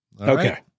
okay